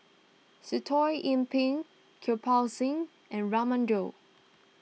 Sitoh Yih Pin Kirpal Singh and Raman Daud